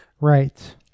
Right